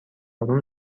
اروم